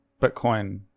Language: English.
bitcoin